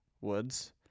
Woods